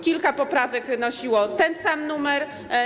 Kilka poprawek nosiło ten sam numer.